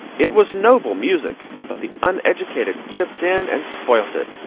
it was noble music, but the uneducated chipped in and spoilt it,